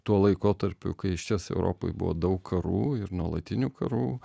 tuo laikotarpiu kai išties europoj buvo daug karų ir nuolatinių karų